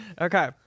Okay